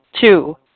Two